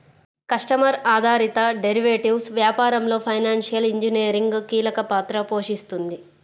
customer ఆధారిత derivatives వ్యాపారంలో financial engineering కీలక పాత్ర పోషిస్తుంది